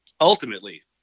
ultimately